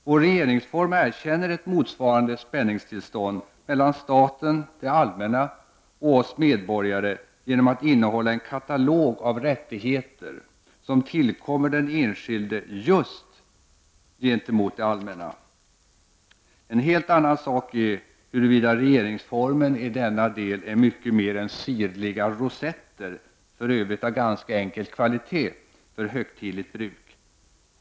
Vår regeringsform erkänner ett motsvarande spänningstillstånd mellan staten, det allmänna, och oss medborgare genom att innehålla en katalog av rättigheter som tillkommer den enskilde just gentemot det allmänna. En helt annan sak är huruvida regeringsformen i denna del är mycket mer än sirliga rosetter, för övrigt av ganska enkel kvalitet, för högtidligt bruk.